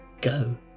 go